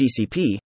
GCP